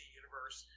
universe